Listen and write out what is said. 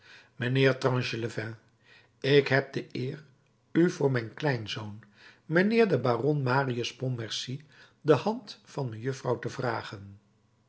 mijnheer tranchelevent ik heb de eer u voor mijn kleinzoon mijnheer den baron marius pontmercy de hand van mejuffrouw te vragen